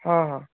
ହଁ ହଁ